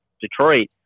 Detroit